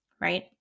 right